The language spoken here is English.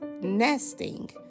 nesting